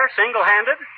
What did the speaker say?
single-handed